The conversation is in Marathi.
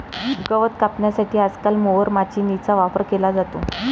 गवत कापण्यासाठी आजकाल मोवर माचीनीचा वापर केला जातो